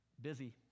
Busy